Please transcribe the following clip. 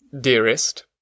dearest